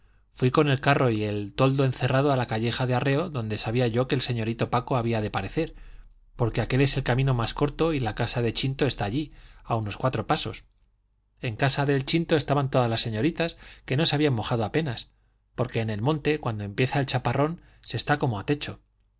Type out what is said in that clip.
fui con el carro y el toldo encerado a la calleja de arreo donde sabía yo que el señorito paco había de parecer porque aquel es el camino más corto y la casa de chinto está allí a los cuatro pasos en casa de chinto estaban todas las señoritas que no se habían mojado apenas porque en el monte cuando empieza el chaparrón se está como a techo